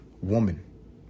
woman